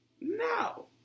No